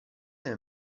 nel